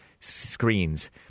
screens